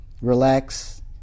relax